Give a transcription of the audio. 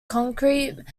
concrete